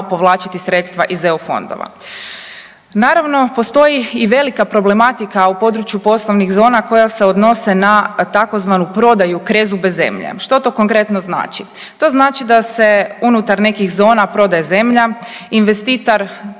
povlačiti sredstva iz EU fondova. Naravno, postoji i velika problematika u području poslovnih zona koja se odnose na tzv. prodaju krezube zemlje. Što to konkretno znači? To znači da se unutar nekih zona prodaje zemlja, investitor